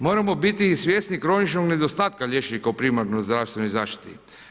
Moramo biti i svjesni kroničnog nedostatka liječnika u primarnoj zdravstvenoj zaštiti.